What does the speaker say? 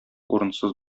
урынсыз